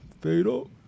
Fatal